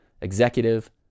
executive